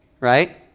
right